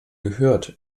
gehört